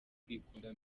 kwikunda